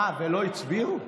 ולא הצביעו?